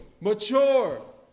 mature